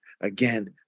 again